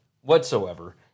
whatsoever